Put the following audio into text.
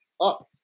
up